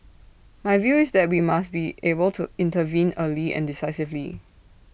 my view is that we must be able to intervene early and decisively